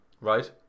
Right